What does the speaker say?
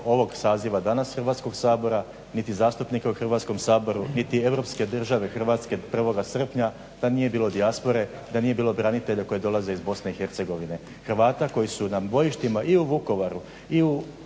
ovog saziva danas Hrvatskog sabora, niti zastupnika u Hrvatskom saboru, niti europske države Hrvatske 1. srpnja da nije bilo dijaspore, da nije branitelja koji dolaze iz BiH, Hrvata koji su na bojištima i u Vukovaru i u